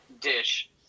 dish